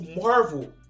Marvel